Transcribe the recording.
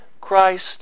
Christ